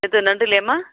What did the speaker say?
எது நண்டுலேயாம்மா